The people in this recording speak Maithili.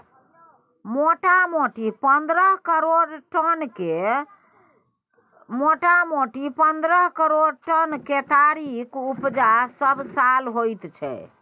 मोटामोटी पन्द्रह करोड़ टन केतारीक उपजा सबसाल होइत छै